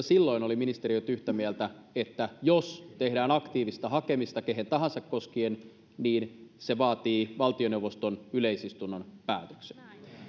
silloin olivat ministeriöt yhtä mieltä että jos tehdään aktiivista hakemista ketä tahansa koskien se vaatii valtioneuvoston yleisistunnon päätöksen